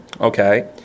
Okay